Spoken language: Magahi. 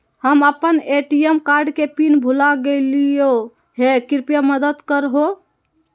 हम अप्पन ए.टी.एम कार्ड के पिन भुला गेलिओ हे कृपया मदद कर हो